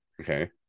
Okay